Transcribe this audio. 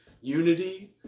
unity